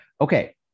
Okay